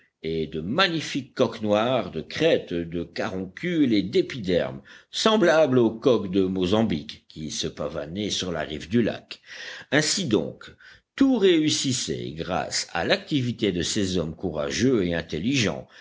et de magnifiques coqs noirs de crête de caroncule et d'épiderme semblables aux coqs de mozambique qui se pavanaient sur la rive du lac ainsi donc tout réussissait grâce à l'activité de ces hommes courageux et intelligents